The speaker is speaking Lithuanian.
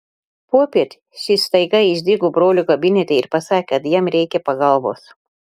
popiet šis staiga išdygo brolio kabinete ir pasakė kad jam reikia pagalbos